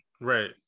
Right